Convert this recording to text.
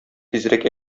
тизрәк